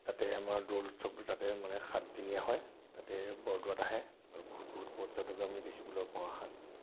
তাতে আমাৰ দৌল উৎসৱটো তাতে মানে সাতদিনীয়া হয় তাতে বৰদোৱাত আহে আৰু বহুত বহুত পৰ্যটক আমি দেখিবলৈ পোৱা হয়